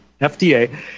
FDA